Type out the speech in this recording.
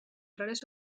rares